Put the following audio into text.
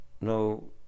no